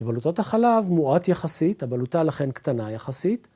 בבלוטות החלב מועט יחסית, הבלוטה לכן קטנה יחסית.